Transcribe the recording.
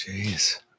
Jeez